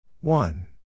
one